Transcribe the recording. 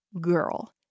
girl